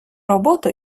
роботу